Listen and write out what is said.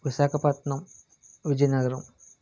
Visakhapatnam Vizianagaram